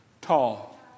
tall